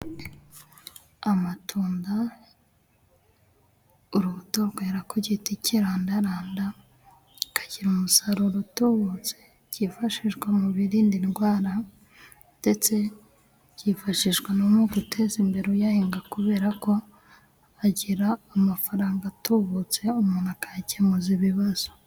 Amatunda urubuto rwera ku giti kirandaranda kikagira umusaruro utubutse, cyifashishwa mu birinda indwara, ndetse cyifashishwa no mu guteza imbere uyahinga kuberako agira amafaranga atubutse, umuntu akayakemuza ibibazo.